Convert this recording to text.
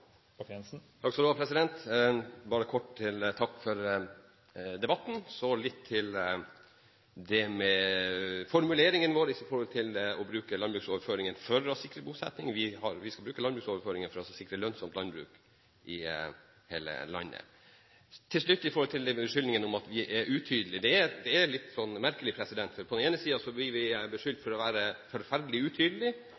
Takk for debatten! Så litt til formuleringene våre når det gjelder å bruke landbruksoverføringene for å sikre bosetting. Vi skal bruke landbruksoverføringene for å sikre lønnsomt landbruk i hele landet. Til slutt om beskyldningene om at vi er utydelige. Det er litt merkelig. På den ene siden blir vi beskyldt